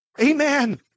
Amen